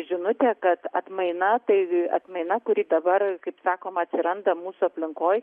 žinutę kad atmaina tai atmaina kuri dabar kaip sakoma atsiranda mūsų aplinkoj